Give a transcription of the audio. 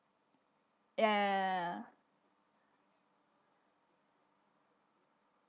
ya